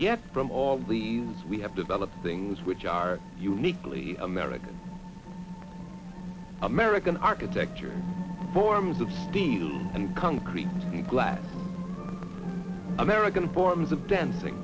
yet from all events we have developed things which are uniquely american american architecture forms of steel and concrete and glass american forms of dancing